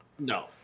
No